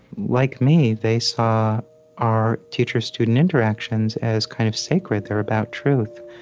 like me, they saw our teacher-student interactions as kind of sacred. they're about truth,